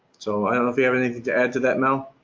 so i don't know if you have anything to add to that, mel.